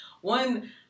One